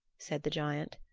said the giant.